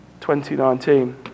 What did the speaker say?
2019